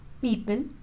people